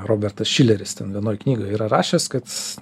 robertas šileris ten vienoj knygoj yra rašęs kad